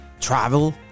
travel